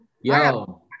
yo